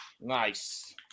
Nice